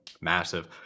massive